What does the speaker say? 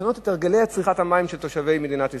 לשנות את הרגלי צריכת המים של תושבי מדינת ישראל.